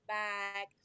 back